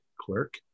clerk